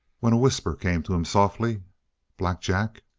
when a whisper came to him softly black jack!